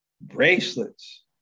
bracelets